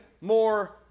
more